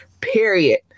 period